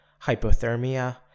hypothermia